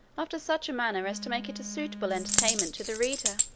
after such a manner as to make it a suitable entertainment to the reader.